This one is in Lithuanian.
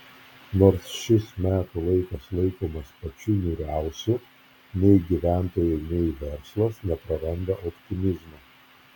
nors šis metų laikas laikomas pačiu niūriausiu nei gyventojai nei verslas nepraranda optimizmo